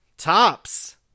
tops